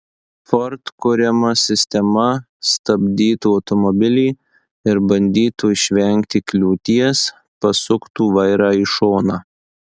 ford kuriama sistema stabdytų automobilį ir bandytų išvengti kliūties pasuktų vairą į šoną